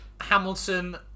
Hamilton